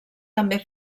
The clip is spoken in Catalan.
també